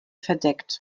verdeckt